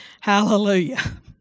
Hallelujah